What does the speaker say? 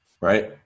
right